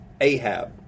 Ahab